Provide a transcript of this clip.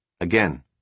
Again